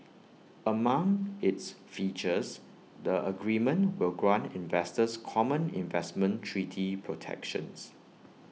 among its features the agreement will grant investors common investment treaty protections